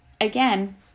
again